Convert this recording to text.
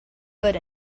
good